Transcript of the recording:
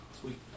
Sweet